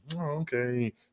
okay